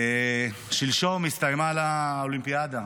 שלשום הסתיימה לה האולימפיאדה,